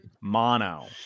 Mono